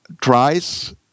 tries